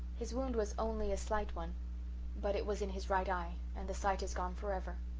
his wound was only a slight one but it was in his right eye and the sight is gone for ever!